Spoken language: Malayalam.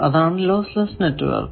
അതാണ് ലോസ് ലെസ് നെറ്റ്വർക്ക്